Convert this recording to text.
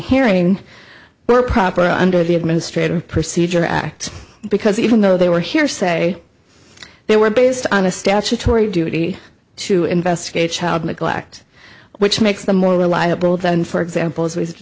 hearing were proper under the administrative procedure act because even though they were hearsay they were based on a statutory duty to investigate child neglect which makes them more reliable than for example